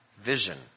vision